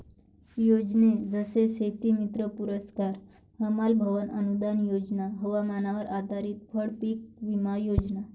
योजने जसे शेतीमित्र पुरस्कार, हमाल भवन अनूदान योजना, हवामानावर आधारित फळपीक विमा योजना